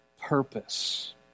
purpose